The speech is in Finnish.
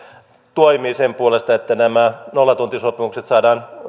toimii sen puolesta että nämä nollatuntisopimukset saadaan